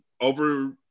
over